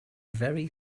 very